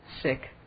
sick